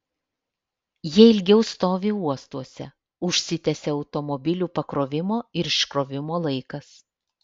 jie ilgiau stovi uostuose užsitęsia automobilių pakrovimo ir iškrovimo laikas